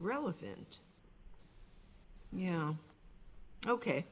relevant yeah ok